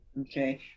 okay